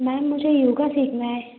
ma'am मुझे योगा सीखना है